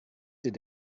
did